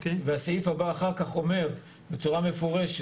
הסעיף הבא אחר כך אומר בצורה מפורשת